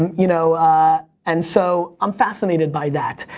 you know and so, i'm fascinated by that.